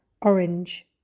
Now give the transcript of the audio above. orange